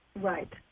Right